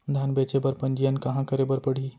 धान बेचे बर पंजीयन कहाँ करे बर पड़ही?